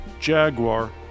Jaguar